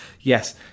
yes